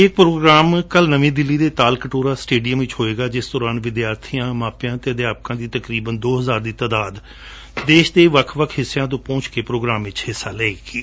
ਇਹ ਪ੍ਰੋਗਰਾਮ ਕਲੁ ਨਵੀ ਦਿੱਲੀ ਦੇ ਤਾਲ ਕਟੋਰਾ ਸਟੇਡੀਅਮ ਵਿਚ ਹੋਵੇਗਾ ਜਿਸ ਦੌਰਾਨ ਵਿਦਿਆਰਬੀਆਂ ਮਾਪਿਆਂ ਅਤੇਂ ਅਧਿਆਪਕਾਂ ਦੀ ਤਕਰੀਬਨ ਦੋ ਹਜਾਰ ਦੀ ਤਾਦਾਦ ਦੇਸ਼ ਦੇ ਵੱਖ ਵੱਖ ਹਿੱਸਿਆਂ ਤੋਂ ਪਹੁੰਚ ਕੇ ਪ੍ਰੋਗਰਾਮ ਵਿਚ ਹਿੱਸਾ ਲਵੇਗੀ